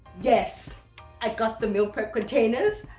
yes i got the meal prep containers,